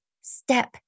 step